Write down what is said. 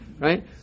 right